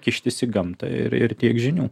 kištis į gamtą ir ir tiek žinių